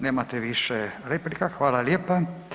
Nemate više replika, hvala lijepa.